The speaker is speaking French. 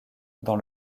dans